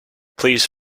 please